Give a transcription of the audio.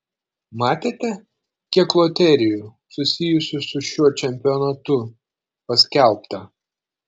matėte kiek loterijų susijusių su šiuo čempionatu paskelbta